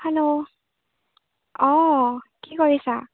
hello অঁ কি কৰিছা